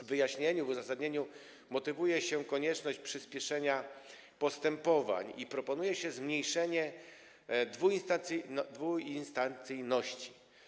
W wyjaśnieniu, w uzasadnieniu motywuje się konieczność przyspieszenia postępowań i proponuje się zmniejszenie dwuinstancyjności.